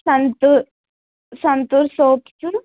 Santoor Santoor soaps